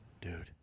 dude